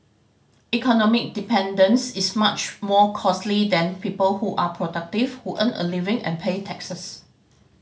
economic dependence is much more costly than people who are productive who earn a living and pay taxes